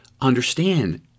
understand